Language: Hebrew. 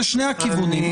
לשני הכיוונים.